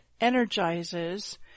energizes